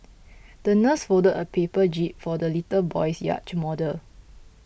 the nurse folded a paper jib for the little boy's yacht model